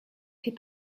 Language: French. fait